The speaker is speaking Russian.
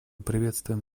приветствуем